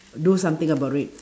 do something about it